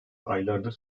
aylardır